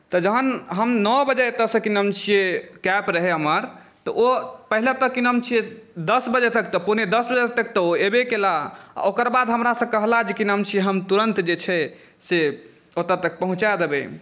तऽ जहन हम नओ बजे एतऽ सँ की नाम छियै कैब रहै हमर तऽ ओ पहिले तऽ की नाम छियै दस बजे तक तऽ पौने दस बजे तक तऽ ओ अयबे केलाह आ ओकर बाद हमरा सँ कहला जे की नाम छियै हम तुरंत जे छै से ओतऽ तक पहुंचा देबै